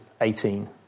18